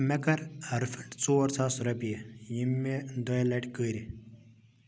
مےٚ کَر رِفنٛڈ ژور ساس رۄپیہِ یِم مےٚ دۄیہِ لَٹہِ کٔرۍ